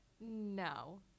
No